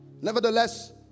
Nevertheless